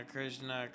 Krishna